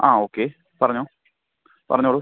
ആ ഓക്കെ പറഞ്ഞോ പറഞ്ഞോളൂ